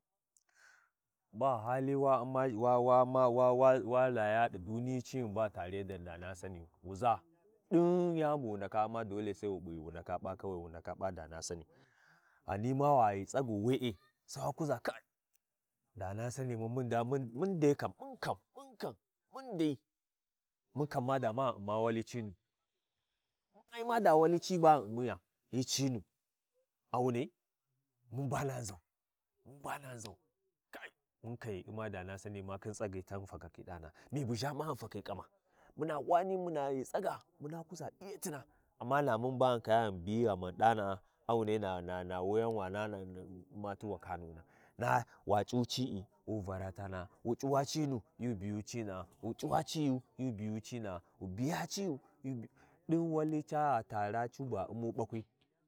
Yaba yaba ghi khijji, ni ƙaman yaba, ghi khijji, sau khijji ba ya ba ɗi kukusai ghingin ya ƙina yau tahyiwi wi ma ndaka tau, yani bugu mya ɗi kubusai, ya mya kurdin---- dibbakhi kyi dibakhi Jibbun khijji jibbun khijji taba kurɗin bu ya ba ya kannamu yau tahyiyi wi ma ndaka taa ƙaam, yu ƙinni, ya Piyay, yani gma ɓu ma si—ma layi gma ma tau, ko ma kinnau caba yai sapa mbnai, taba kaman ei- yisiusai khin ʒuna khin masarana can ba yu ba ta gyiʒa ɗi kukusai, yapiya yaba Vya kaan, ghingin ma P’a yan ma da khiya tau, yani ma ka khiya tau ma tau, te a C’uti Yu ndaka ɗi kau ɗi kukusi laswai stoll yaɗa biyau, yabi ya ba Vya Lthikan, caubana Sapi tahyiyai, ghingin we=e, Yani bu ma Layi ma—ya, Yani bu ya Mya ɗi kukusai Ya mya dibakhi jibbun kijji, dibakhi Jibbun khijji ga CiCi ba gyyshau, Cici ba khiyusuin, har na ndaka, ma+ma--- ma ɗaya ciran wuti m ɗighan tahyiyi yan tahyiyi wi ma ƙinni ɗi kukusai khin gma ɗin yani buma Layiyu, Sai wa tai wali gma wi mbanai caba gma ɗin yani bu wu ndaka Ummai, canba bu wu ndaka Ummau, Sai nadakhi yani bu wu ndaka tau.